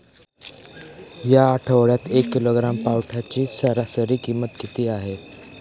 या आठवड्यात एक किलोग्रॅम पावट्याची सरासरी किंमत किती आहे?